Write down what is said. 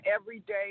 everyday